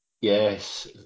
Yes